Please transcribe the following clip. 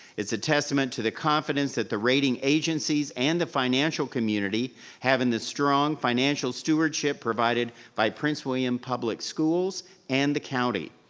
it's a testament to the confidence that the rating agencies and the financial community having the strong financial stewardship provided by prince william public schools and the county.